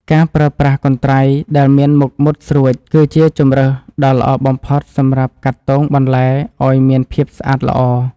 ការប្រើប្រាស់កន្ត្រៃដែលមានមុខមុតស្រួចគឺជាជម្រើសដ៏ល្អបំផុតសម្រាប់កាត់ទងបន្លែឱ្យមានភាពស្អាតល្អ។